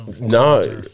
no